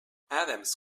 adams